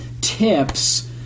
tips